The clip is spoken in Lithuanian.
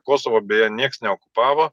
kosovo beje nieks neokupavo